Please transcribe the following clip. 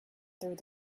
through